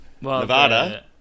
Nevada